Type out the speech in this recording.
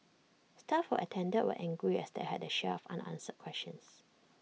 staff who attended were angry as they had their share of unanswered questions